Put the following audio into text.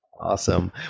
Awesome